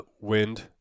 wind